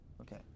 okay